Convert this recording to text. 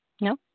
No